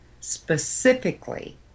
specifically